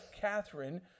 Catherine